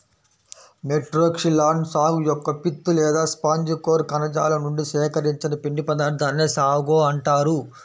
Metroxylon సాగు యొక్క pith లేదా స్పాంజి కోర్ కణజాలం నుండి సేకరించిన పిండి పదార్థాన్నే సాగో అంటారు